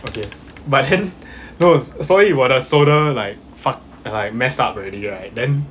okay but then no 所以我的 solder like fuck like messed up already right then